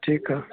ठीकु आहे